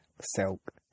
silk